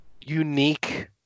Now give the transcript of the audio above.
unique